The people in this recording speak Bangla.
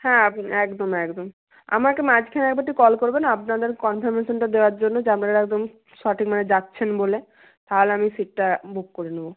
হ্যাঁ আপনি একদম একদম আমাকে মাঝখানে একবার একটু কল করবেন আপনাদের কনফারমেশনটা দেওয়ার জন্য যে আপনারা একদম সঠিক মানে যাচ্ছেন বলে তাহলে আমি সিটটা বুক করে নেব